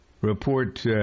report